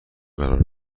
قرار